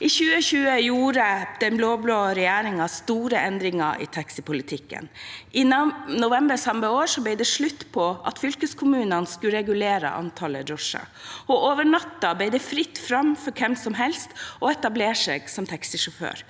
I 2020 gjorde den blå-blå regjeringen store endringer i taxipolitikken. I november samme år ble det slutt på at fylkeskommunene skulle regulere antallet drosjer. Over natten ble det fritt fram for hvem som helst til å etablere seg som taxisjåfør